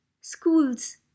schools